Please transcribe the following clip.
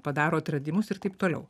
padaro atradimus ir taip toliau